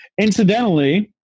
Incidentally